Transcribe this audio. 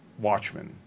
Watchmen